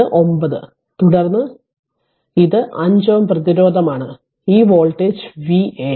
ഇത് 9 ആക്കാൻ കഴിയും തുടർന്ന് ഈ 9 പ്രവേശിക്കുന്നു ഇത് 5 Ω പ്രതിരോധമാണ് ഈ വോൾട്ടേജ് Va